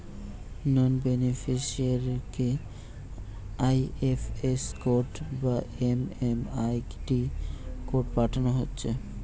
নন বেনিফিসিয়ারিকে IFS code বা MMID code পাঠানা হচ্ছে